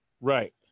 right